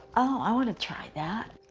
oh, i wanna try that.